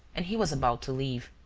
and he was about to leave.